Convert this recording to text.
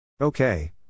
Okay